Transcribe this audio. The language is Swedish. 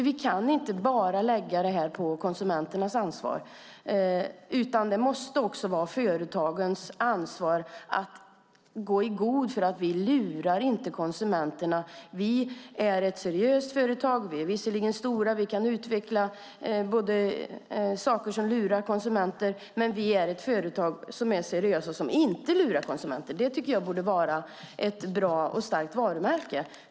Vi kan inte lägga ansvaret enbart på konsumenterna, utan också företagen måste ta sitt ansvar och gå i god för att de inte lurar konsumenterna. De ska kunna säga att de är seriösa även om de förvisso är stora och skulle kunna utveckla sådant som lurar konsumenter. Företagen ska vara seriösa och inte lura konsumenter. Det borde också vara ett bra och starkt varumärke.